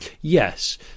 Yes